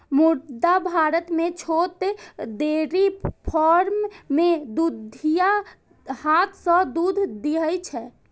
मुदा भारत मे छोट डेयरी फार्म मे दुधिया हाथ सं दूध दुहै छै